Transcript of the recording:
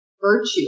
virtue